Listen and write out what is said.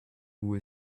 who